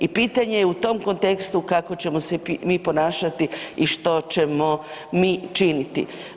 I pitanje je u tom kontekstu kako ćemo se mi ponašati i što ćemo mi činiti.